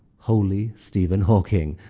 holy stephen hawking,